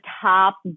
top